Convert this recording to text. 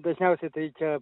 dažniausiai tai čia